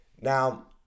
Now